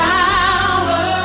power